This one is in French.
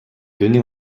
donnez